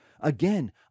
again